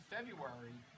February